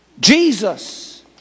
Jesus